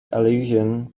allusion